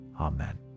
Amen